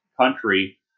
country